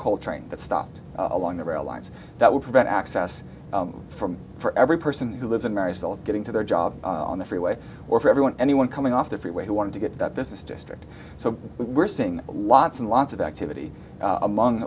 coal train that's stopped along the rail lines that would prevent access from for every person who lives in marysville getting to their job on the freeway or for everyone anyone coming off the freeway who wanted to get that this is district so we're seeing lots and lots of activity among